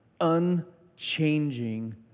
unchanging